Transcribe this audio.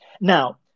Now